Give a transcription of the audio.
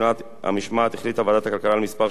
החליטה ועדת הכלכלה על כמה שינויים בנוסח